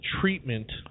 treatment